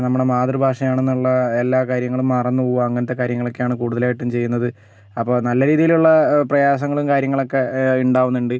നമ്മുടെ മാതൃ ഭാഷയാണെന്നുള്ള എല്ലാ കാര്യങ്ങളും മറന്ന് പോകുക അങ്ങനത്തെ കാര്യങ്ങളക്കെയാണ് കൂടുതലായിട്ടും ചെയ്യുന്നത് അപ്പോൾ നല്ല രീതിയിലുള്ള പ്രയാസങ്ങളും കാര്യങ്ങളുമൊക്കെ ഉണ്ടാകുന്നുണ്ട്